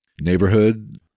neighborhood